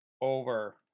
over